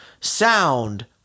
sound